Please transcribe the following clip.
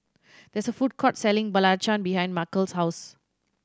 there is a food court selling belacan behind Markell's house